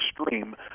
extreme